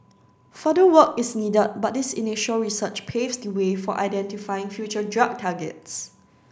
further work is needed but this initial research paves the way for identifying future drug targets